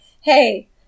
hey